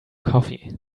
coffee